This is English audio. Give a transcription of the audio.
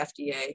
FDA